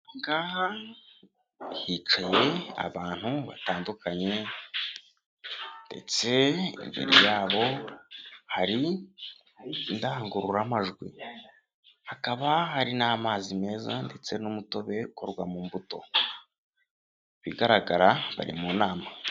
Aha ngaha hicanye abantu batandukanye ndetse imbere yabo hari indangururamajwi, hakaba hari n'amazi meza ndetse n'umutobe ukorwa mu mbuto, ibigaragara bari mu nama.